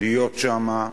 להיות שם,